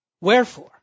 Wherefore